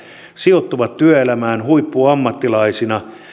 sijoittuvat työelämään huippuammattilaisina